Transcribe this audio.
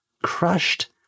crushed